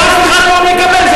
את זה אף אחד לא מקבל.